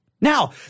Now